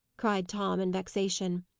cried tom, in vexation.